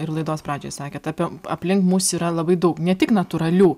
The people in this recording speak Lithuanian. ir laidos pradžioj sakėt apie aplink mus yra labai daug ne tik natūralių